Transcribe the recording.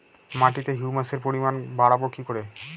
মাটিতে হিউমাসের পরিমাণ বারবো কি করে?